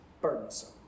burdensome